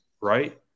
right